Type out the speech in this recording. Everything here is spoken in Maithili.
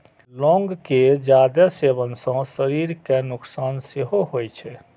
लौंग के जादे सेवन सं शरीर कें नुकसान सेहो होइ छै